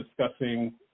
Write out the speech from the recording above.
discussing